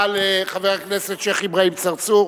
תודה רבה לחבר הכנסת שיח' אברהים צרצור.